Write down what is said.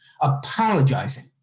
apologizing